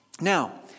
Now